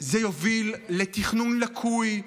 זה יוביל לתכנון לקוי,